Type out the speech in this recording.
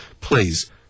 please